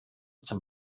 zum